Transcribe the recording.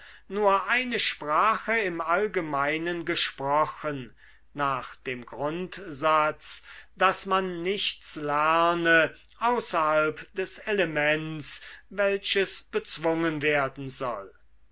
nur eine sprache im allgemeinen gesprochen nach dem grundsatz daß man nichts lerne außerhalb des elements welches bezwungen werden soll